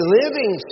living